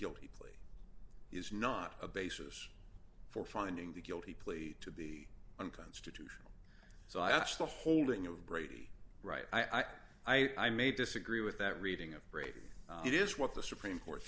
guilty plea is not a basis for finding the guilty plea to be unconstitutional so i asked the holding of brady right i am i may disagree with that reading of brady it is what the supreme court